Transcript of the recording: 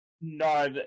No